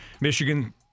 Michigan